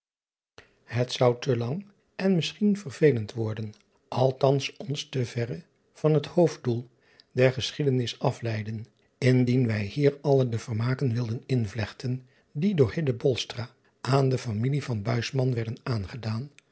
et zou te lang en misschien vervelend worden althans ons te verre van het hoofddoel der geschiedenis afleiden indien wij hier alle de vermaken wilden invlechten die door aan de familie van werden aangedaan